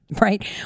right